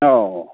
ꯑꯧ